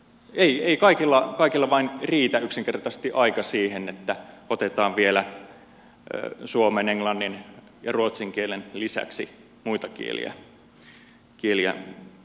ei kaikilla yksinkertaisesti riitä aika siihen että otetaan vielä suomen englannin ja ruotsin kielen lisäksi muita kieliä opiskelun alle